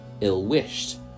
ill-wished